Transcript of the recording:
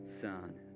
son